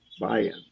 buy-in